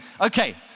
Okay